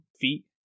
feet